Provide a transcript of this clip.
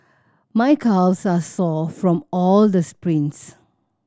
my calves are sore from all the sprints